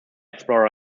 explorer